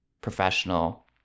professional